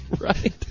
Right